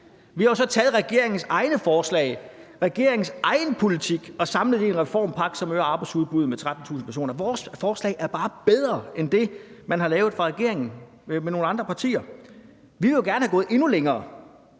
forslag, regeringens egen politik og har samlet det i en reformpakke, som øger arbejdsudbuddet med 13.000 personer. Vores forslag er bare bedre end det, man har lavet fra regeringens side med nogle andre partier. Vi ville gerne være gået endnu længere,